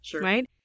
right